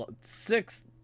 six